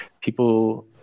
people